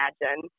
imagine